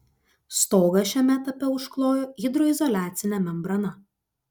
stogą šiame etape užklojo hidroizoliacine membrana